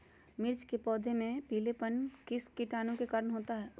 मिर्च के पौधे में पिलेपन किस कीटाणु के कारण होता है?